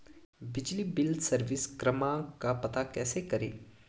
बिजली bill service क्रमांक का पता कैसे करें?